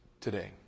today